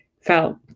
felt